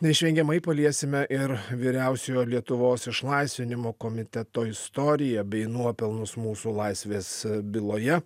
neišvengiamai paliesime ir vyriausiojo lietuvos išlaisvinimo komiteto istoriją bei nuopelnus mūsų laisvės byloje